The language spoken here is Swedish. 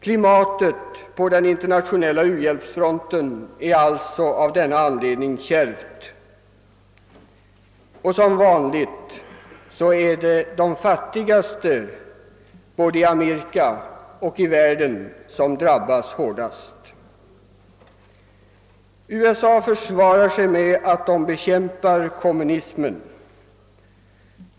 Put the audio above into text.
Klimatet på den internationella u-hjälpsfronten är alltså av denna anledning kärvt, och som vanligt är det de fattigaste både i Amerika och i världen som drabbas hårdast. USA försvarar sig med att landet bekämpar kommunismen.